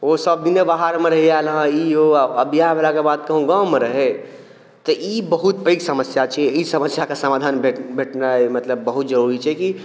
ओ सबदिने बाहरमे रहि आयल हँ आओर ई ओ आओर बियाह भेलाके बाद कहूँ गावँमे रहै तऽ ई बहुत पैघ समस्या छै ई समस्याके समाधान भेट भेटनाइ मतलब बहुत जरूरी छै कि